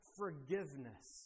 forgiveness